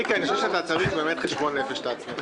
מיקי, אני חושב שאתה באמת צריך חשבון נפש לעצמך.